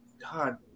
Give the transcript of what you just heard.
God